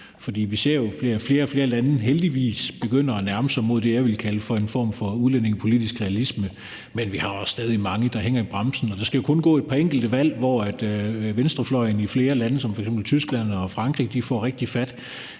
For vi ser jo, at flere og flere lande, heldigvis, begynder at nærme sig det, jeg vil kalde for en form for udlændingepolitisk realisme. Men vi har også stadig mange, der hænger i bremsen. Og der skal kun være et par enkelte valg, hvor venstrefløjen i flere lande som f.eks. Tyskland og Frankrig får rigtig fat,